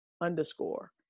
underscore